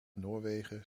noorwegen